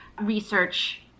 research